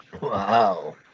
Wow